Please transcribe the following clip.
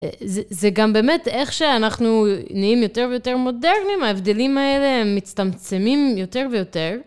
זה גם באמת איך שאנחנו נהיים יותר ויותר מודרניים, ההבדלים האלה, הם מצטמצמים יותר ויותר.